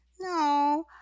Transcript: No